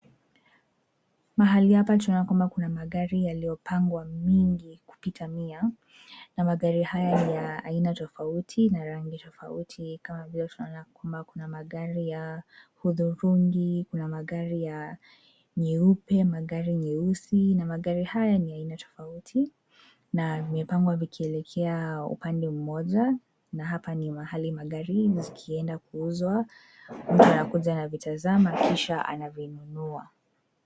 Mahali hapa tunaona kwamba kuna magari yaliyopangwa mingi kupita mia, na magari haya ya aina tofauti na rangi tofauti, kama vile tunaona kwamba kuna magari ya hudhurungi, kuna magari ya nyeupe, magari nyeusi na magari haya ni aina tofauti na vimepangwa vikielekea upande mmoja. Na hapa ni mahali magari zikienda kuuzwa, mtu anakuja anavitazama kisha anavinunua.